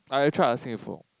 I I've tried asking before